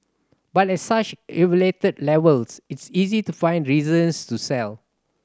but at such elevated levels it's easy to find reasons to sell